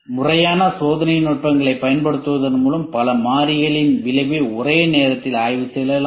முறையான சோதனை நுட்பங்களைப் பயன்படுத்துவதன் மூலம் பல மாறிகளின் விளைவை ஒரே நேரத்தில் ஆய்வு செய்யலாம்